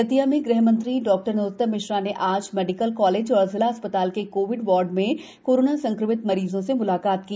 दतिया में गृह मंत्री डॉ नरोत्तम मिश्रा ने आज मेडिकल कॉलेज और जिला अस्पताल के कोविड वार्ड में कोरोना संक्रमित मरीजों से म्लाकात की